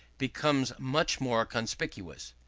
becomes much more conspicuous.